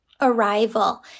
arrival